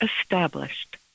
established